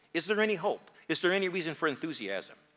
is there any hope? is there any reason for enthusiasm?